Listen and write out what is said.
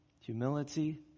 humility